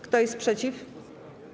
Kto jest przeciw?